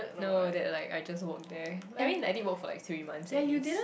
no that like I just work there I mean like I already work for like three months at least